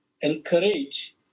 encourage